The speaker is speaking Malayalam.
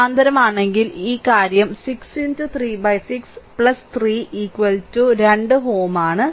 സമാന്തരമാണെങ്കിൽ ഈ കാര്യം 6 36 3 2Ω ആണ്